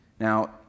Now